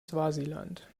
swasiland